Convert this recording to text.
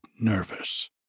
nervous